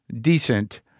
decent